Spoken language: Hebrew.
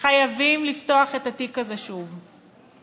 חייבים לפתוח את התיק הזה שוב.